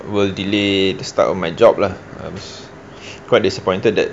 will delay the start of my job lah uh it's quite disappointed that